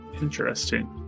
Interesting